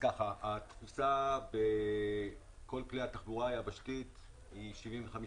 התפוסה בכל כלי התחבורה היבשתית היא 75%,